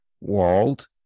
world